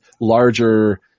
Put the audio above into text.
larger